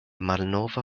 malnova